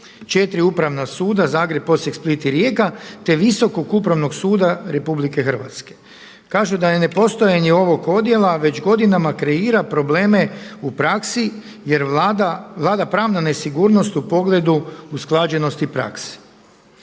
četiri upravna suda Zagreb, Osijek, Split i Rijeka te Visokog upravnog suda RH. Kažu da je nepostojanje ovog odjela već godinama kreira probleme u praksi jer vlada pravna nesigurnost u pogledu usklađenosti praksi.